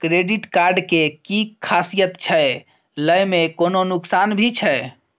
Credit card के कि खासियत छै, लय में कोनो नुकसान भी छै?